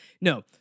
No